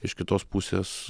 iš kitos pusės